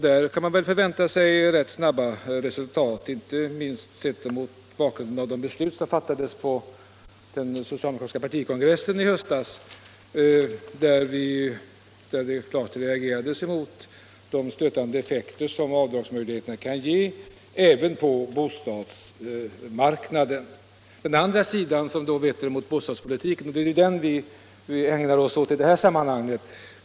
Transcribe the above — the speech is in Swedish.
Där kan man väl förvänta sig ganska snabba resultat, inte minst mot bakgrund av de beslut som fattades av den socialdemokratiska partikongressen i höstas, som klart reagerade mot de stötande effekter som avdragsmöjligheterna kan ha även på bostadsmarknaden. Den andra sidan vetter mot bostadspolitiken, och det är den vi ägnar oss åt i detta sammanhang.